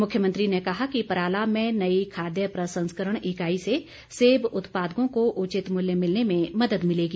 मुख्यमंत्री ने कहा कि पराला में नई खाद्य प्रसंस्करण इकाई से सेब उत्पादकों को उचित मूल्य मिलने में मदद मिलेगी